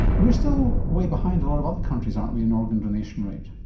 we are still way behind a lot of other countries, aren't we, in organ donation rate.